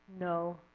No